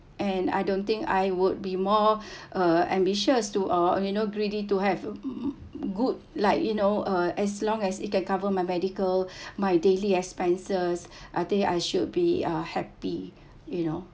and I don't think I would be more uh ambitious to uh you know greedy to have good like you know uh as long as it can cover my medical my daily expenses I think I should be uh happy you know